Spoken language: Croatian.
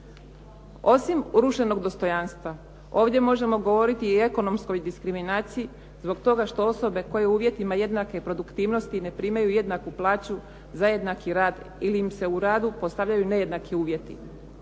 Osim urušenog dostojanstva, ovdje možemo govoriti i o ekonomskoj diskriminaciji zbog toga što osobe koje uvjetima jednake produktivnosti ne primaju jednaku plaću za jednaki rad ili im se u radu postavljaju nejednaki uvjeti.